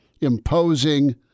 imposing